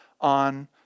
on